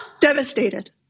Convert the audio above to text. Devastated